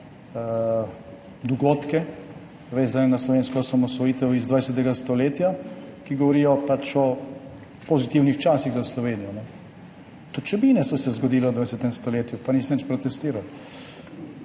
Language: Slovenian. dogodke, vezane na slovensko osamosvojitev iz 20. stoletja, ki pač govorijo o pozitivnih časih za Slovenijo. Tudi Čebine so se zgodile v 20. stoletju, pa niste nič protestirali,